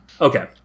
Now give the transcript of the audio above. Okay